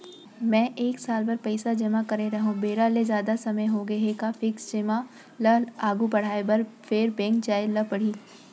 मैं एक साल बर पइसा जेमा करे रहेंव, बेरा ले जादा समय होगे हे का फिक्स जेमा ल आगू बढ़ाये बर फेर बैंक जाय ल परहि?